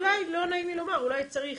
לא נעים לי לומר, אולי צריך